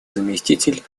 заместитель